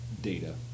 data